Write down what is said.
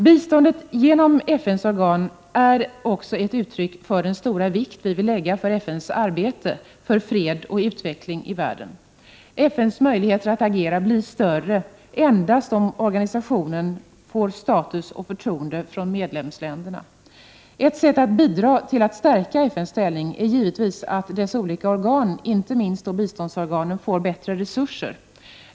Biståndet genom FN:s organ är också ett uttryck för den stora vikt som vi vill fästa vid FN:s arbete för fred och utveckling i världen. FN:s möjligheter att agera blir större endast om organisationen åtnjuter status och förtroende från medlemsländerna. Ett sätt att bidra till att stärka FN:s ställning är givetvis att dess olika organ, inte minst biståndsorganen, får bättre resurser.